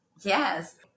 Yes